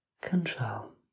control